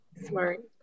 smart